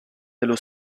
dello